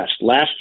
Last